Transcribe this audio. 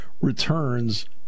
returns